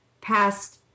past